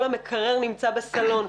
כל המקרר נמצא בסלון,